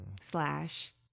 slash